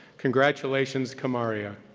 congratulations kamaria.